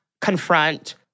confront